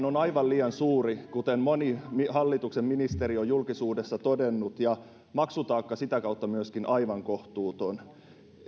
on aivan liian suuri kuten moni hallituksen ministeri on julkisuudessa todennut ja maksutaakka sitä kautta myöskin aivan kohtuuton